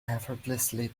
effortlessly